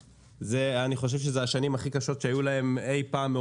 שאני חושב שזה השנים הכי קשות שהיו להם מעולם.